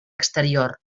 exterior